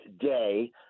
day